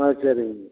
ஆ சரிங்க